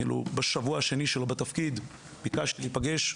בשבוע השני שלו בתפקיד ביקשתי להיפגש.